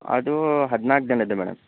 ಅದು ಹದಿನಾಲ್ಕು ದಿನದ್ದು ಮೇಡಮ್